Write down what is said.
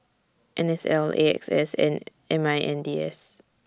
N S L A X S and M I N D S